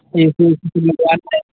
اے C وے سی بھی لگوانا ہے